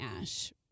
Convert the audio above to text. Ash